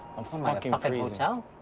i'm fuckin' freezin'.